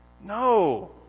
No